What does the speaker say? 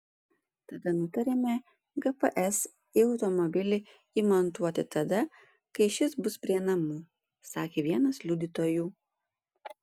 tada nutarėme gps į automobilį įmontuoti tada kai šis bus prie namų sakė vienas liudytojų